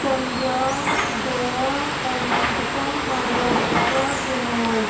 Punjab Goa Karnataka Maharashtra Bihar